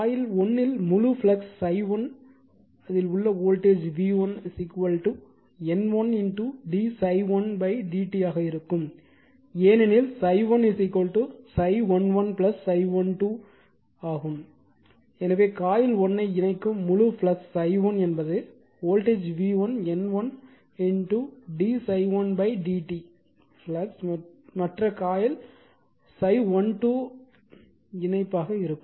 coil 1 இல் முழு flux ∅1 உள்ள voltage v1 N1 d ∅1 dt ஆக இருக்கும் ஏனெனில் ∅1 ∅11 ∅12 இருப்பதால் எனவே காயில் 1 ஐ இணைக்கும் முழு flux ∅1 voltage v1 N1 d ∅1 dt flux மற்ற காயில் ∅12 இணைப்பு இருக்கும்